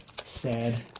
Sad